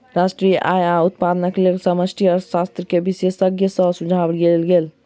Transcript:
राष्ट्रीय आय आ उत्पादनक लेल समष्टि अर्थशास्त्र के विशेषज्ञ सॅ सुझाव लेल गेल